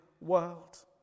world